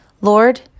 Lord